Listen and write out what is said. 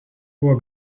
buvo